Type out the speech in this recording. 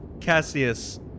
Cassius